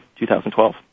2012